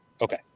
Okay